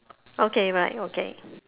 okay right okay